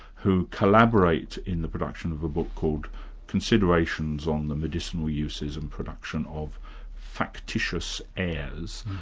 who collaborate in the production of a book called considerations on the medicinary uses and production of factititious airs,